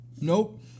Nope